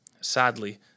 Sadly